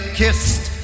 kissed